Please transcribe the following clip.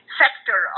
sector